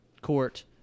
court